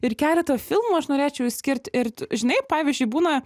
ir keletą filmų aš norėčiau išskirti ir t žinai pavyzdžiui būna